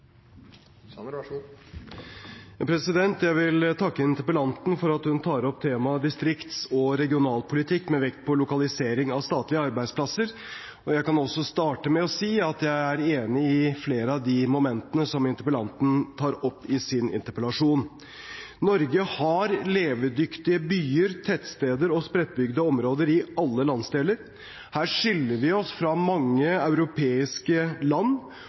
starte med å si at jeg er enig i flere av de momentene som interpellanten tar opp i sin interpellasjon. Norge har levedyktige byer, tettsteder og spredtbygde områder i alle landsdeler. Her skiller vi oss fra mange europeiske land.